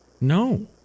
No